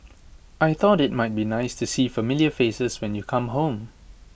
I thought IT might be nice to see familiar faces when you come home